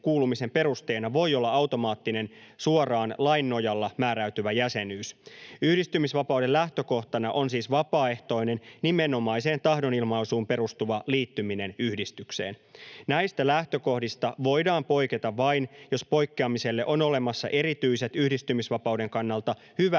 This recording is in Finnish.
kuulumisen perusteena voi olla automaattinen, suoraan lain nojalla määräytyvä jäsenyys. Yhdistymisvapauden lähtökohtana on siis vapaaehtoinen, nimenomaiseen tahdonilmaisuun perustuva liittyminen yhdistykseen. Näistä lähtökohdista voidaan poiketa vain, jos poikkeamiselle on olemassa erityiset yhdistymisvapauden kannalta hyväksyttävät